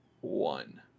one